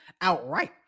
outright